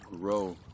grow